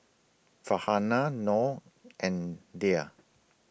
Farhanah Noh and Dhia